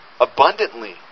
abundantly